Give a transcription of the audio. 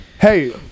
Hey